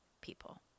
people